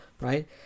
Right